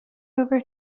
over